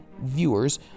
viewers